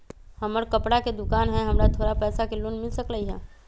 हमर कपड़ा के दुकान है हमरा थोड़ा पैसा के लोन मिल सकलई ह?